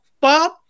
Bob